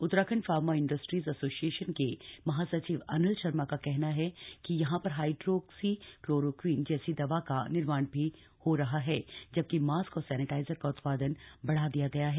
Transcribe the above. Uttarakhand pharma industries association के महासचिव अनिल शर्मा का कहना है कि यहां पर हाइड्रोक्सी क्लोरोक्वीन जैसी दवा का निर्माण भी हो रहा है जबकि मास्क और सैनिटाइजर का उत्पादन बढ़ा दिया गया है